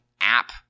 app